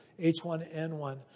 H1N1